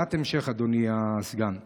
שאלת המשך, אדוני סגן השר: